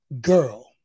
girl